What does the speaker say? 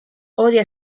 odia